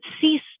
cease